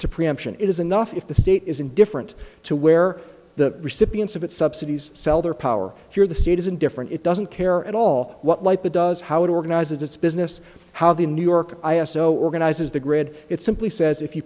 to preemption it is enough if the state is indifferent to where the recipients of it subsidies sell their power here the state is indifferent it doesn't care at all what like the does how it organizes its business how the new york i s o organizes the grid it simply says if you